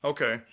Okay